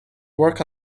work